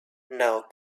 now